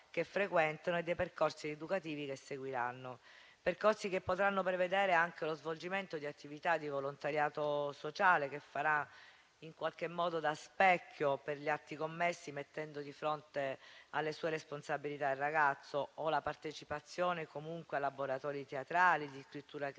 e dei percorsi educativi che seguiranno. Percorsi che potranno prevedere anche lo svolgimento di attività di volontariato sociale che farà in qualche modo da specchio per gli atti commessi, mettendo di fronte alle sue responsabilità il ragazzo, o la partecipazione comunque a laboratori teatrali, scrittura creativa,